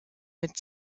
mit